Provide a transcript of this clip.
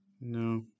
No